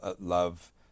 love